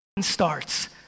starts